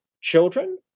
children